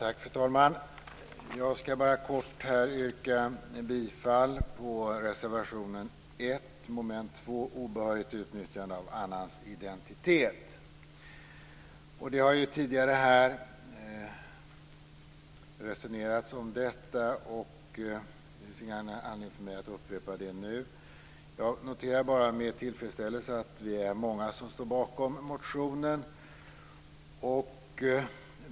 Fru talman! Jag skall bara kort yrka bifall till reservation 1 under mom. 2, obehörigt utnyttjande av annans identitet. Det har ju resonerats om detta här tidigare. Det finns ingen anledning för mig att upprepa vad som sades då. Jag noterar med tillfredsställelse att vi är många som står bakom motionen.